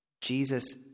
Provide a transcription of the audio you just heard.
Jesus